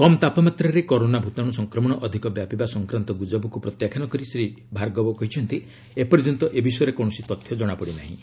କମ୍ ତାପମାତ୍ରାରେ କରୋନା ଭୂତାଣୁ ସଂକ୍ରମଣ ଅଧିକ ବ୍ୟାପିବା ସଂକ୍ରାନ୍ତ ଗୁଜବକୁ ପ୍ରତ୍ୟାଖ୍ୟାନ କରି ଶ୍ରୀ ଭାର୍ଗବ କହିଛନ୍ତି ଏପର୍ଯ୍ୟନ୍ତ ଏ ବିଷୟରେ କୌଣସି ତଥ୍ୟ ଜଣାପଡ଼ି ନାହିଁ